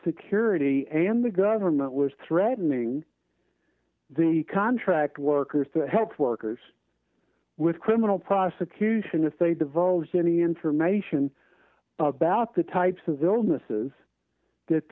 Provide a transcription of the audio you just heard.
security and the government was threatening the contract workers helped workers with criminal prosecution if they divorce any information about the types of illnesses that